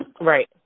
Right